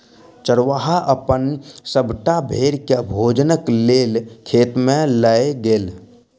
चरवाहा अपन सभटा भेड़ के भोजनक लेल खेत में लअ गेल